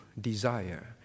desire